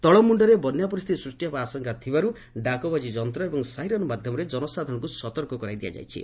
ତଳମୁଖରେ ବନ୍ୟା ପରିସ୍ଚିତି ସୂଷ୍ଟି ହେବା ଆଶଙ୍କା ଥିବାରୁ ଡାକବାଜି ଯନ୍ତ ଏବଂ ସାଇରନ୍ ମାଧ୍ୟମରେ ଜନସାଧାରଣଙ୍କ ସତର୍କ କରାଇ ଦିଆଯାଇଛି